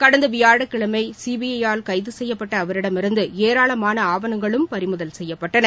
கடந்த வியாழக்கிழமை சிபிஐயால் கைது செய்யப்பட்ட அவரிடமிருந்து ஏராளமான ஆவணங்களும் பறிமுதல் செய்யப்பட்டன